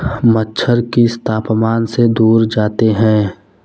मच्छर किस तापमान से दूर जाते हैं?